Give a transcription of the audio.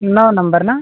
नौ number ना